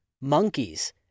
monkeys